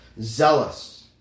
Zealous